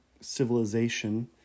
civilization